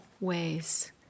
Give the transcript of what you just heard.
ways